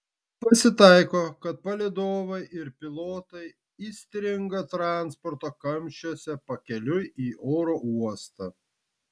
pasitaiko kad palydovai ir pilotai įstringa transporto kamščiuose pakeliui į oro uostą